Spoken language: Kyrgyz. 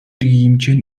кийимчен